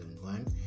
one